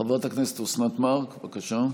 חברת הכנסת אוסנת מארק, בבקשה.